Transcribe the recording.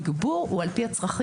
כשהתגבור הוא על פי הצרכים,